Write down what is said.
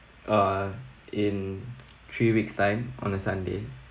uh in three weeks time on a sunday